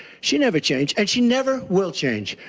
she never changed, and she never will change.